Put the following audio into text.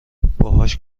باهاش